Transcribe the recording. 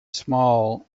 small